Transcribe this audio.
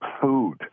food